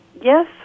Yes